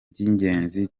by’ingenzi